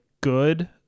good